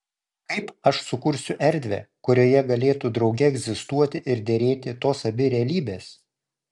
kaip aš sukursiu erdvę kurioje galėtų drauge egzistuoti ir derėti tos abi realybės